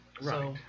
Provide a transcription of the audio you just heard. right